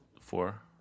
Four